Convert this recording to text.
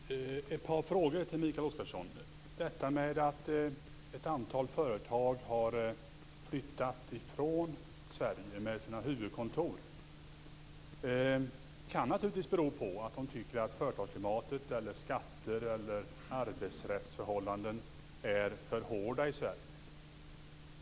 Fru talman! Jag har ett par frågor till Mikael Oscarsson. Detta med att ett antal företag har flyttat från Sverige med sina huvudkontor kan naturligtvis bero på att de tycker att företagsklimat, skatter eller arbetsrättsförhållanden är för hårda i Sverige.